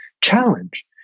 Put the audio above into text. challenge